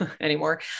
anymore